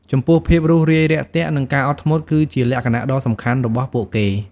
ចំពោះភាពរួសរាយរាក់ទាក់នឹងការអត់ធ្មត់ គឺជាលក្ខណៈដ៏សំខាន់របស់ពួកគេ។